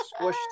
squished